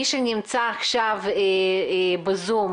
מי שנמצא עכשיו בזום,